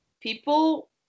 People